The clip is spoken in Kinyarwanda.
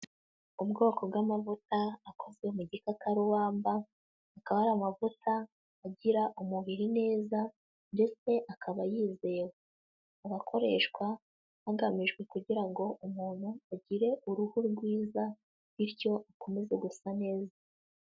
Ubwoko bw'amavuta akozwe mu gikakarubamba, akaba ari amavuta agira umubiri neza ndetse akaba yizewe, agakoreshwa hagamijwe kugira ngo umuntu agire uruhu rwiza bityo akomeze gusa neza.